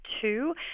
two